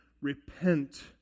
Repent